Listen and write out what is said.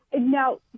now